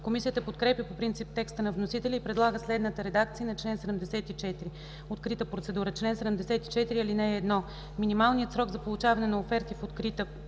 Комисията подкрепя по принцип текста на вносителя и предлага следната редакция на чл. 74: „Открита процедура Чл. 74. (1) Минималният срок за получаване на оферти в открита процедура